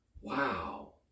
Wow